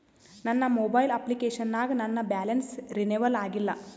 ನನ್ನ mobile application ನಾಗ ನನ್ ಬ್ಯಾಲೆನ್ಸ್ ರೀನೇವಲ್ ಆಗಿಲ್ಲ